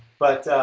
but,